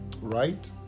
Right